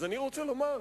אז אני רוצה לומר,